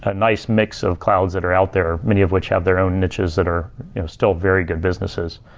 ah nice mix of clouds that are out there, many of which have their own niches that are still very good businesses,